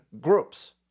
groups